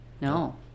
No